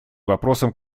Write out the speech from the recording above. вопросом